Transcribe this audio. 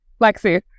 lexi